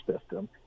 system